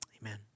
Amen